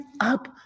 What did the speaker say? up